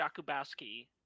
Jakubowski